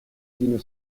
d’une